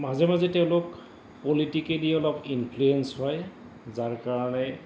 মাজে মাজে তেওঁলোক পলিটিকেলি অলপ ইনফ্লুুৱেঞ্চ হয় যাৰ কাৰণে